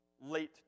late